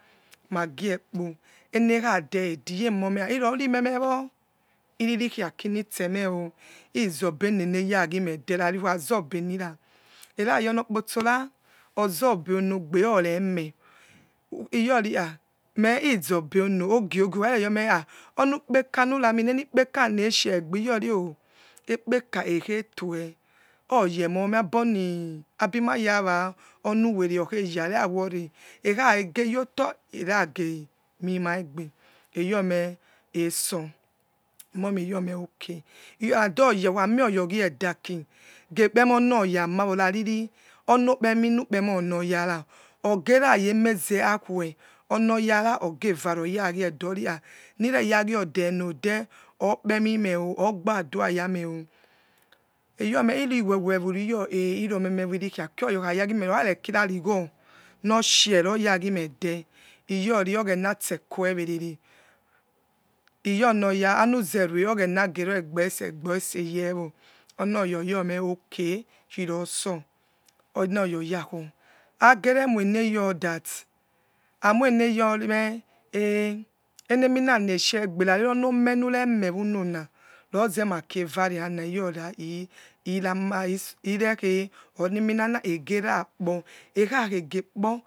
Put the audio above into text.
Magie kpo enekhade ede iyomome mememo irrikhiarai nitormeo zobene meyagimede raviukhazo bendra evayo chokpotso ra ozobe unogbe oreme ryon robe uno ogiogio akhareyome he onú peka nurami onukpekaniniramins on enipera esiegber yori alo spekt ekhetle oyemome aboni albumaraws on were okheyare ishawori ekhakhege yoto enagemimaigbe eyome etsu ammome yo ok and oya ukhamieryo ogie daaki geкрemionoya mayo hariri mokpeminukрetonojara inogerayemeze akhave onoyara og evomme oyagede ori ha nireyagide enenodewer yoru memerikhiaki okharakiriarigho no shie noragime de yoro oghenaiste quewerene yo onoya anuzierve oghens gere boise egoise yens onoys ojome okay khiro so onoya oyalas agène morneys theo amoineyommeh eneminsna eshiegbe ra rio onomgemere mewony na roze makie varlang ly ora irama ksor trekhanenia aegerskpo ekhakhegekpo.